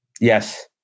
yes